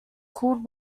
cooled